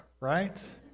right